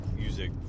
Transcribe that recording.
music